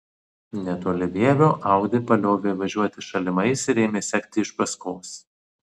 netoli vievio audi paliovė važiuoti šalimais ir ėmė sekti iš paskos